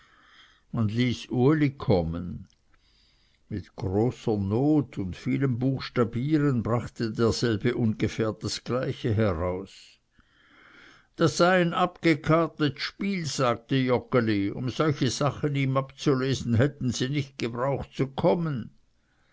man ließ uli kommen mit großer not und vielem buchstabieren brachte derselbe ungefähr das gleiche heraus das sei ein abgeredet spiel sagte joggeli um solche sachen ihm abzulesen hätten sie nicht gebraucht zu kommen